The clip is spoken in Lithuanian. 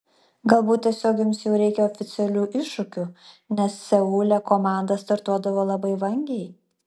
galbūt tiesiog jums jau reikia oficialių iššūkių nes seule komanda startuodavo labai vangiai